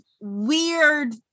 weird